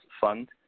fund